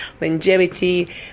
longevity